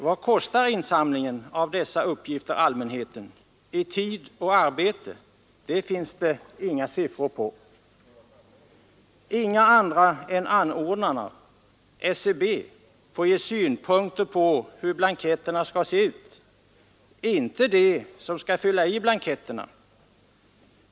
Vad kostar insamlingen av dessa uppgifter allmänheten i tid och arbete? Det finns det inga siffror på. Inga andra än anordnarna får ge synpunkter på hur blanketterna skall se ut — inte de som skall fylla i blanketterna.